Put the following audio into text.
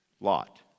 lot